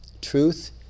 Truth